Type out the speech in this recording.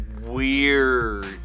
weird